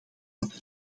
dat